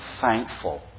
thankful